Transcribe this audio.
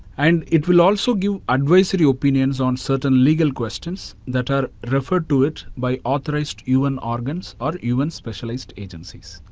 and it will also give advisory opinions on certain legal questions that are referred to it by authorized un organs or un specialized agencies.